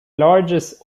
largest